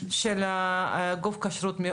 של גוף הכשרות.